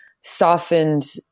softened